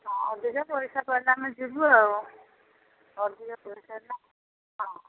ହଁ ଅଧିକା ପଇସା ପାଇଲେ ଆମେ ଯିବୁ ଆଉ ଅଧିକା ପଇସା ହେଲେ ହଁ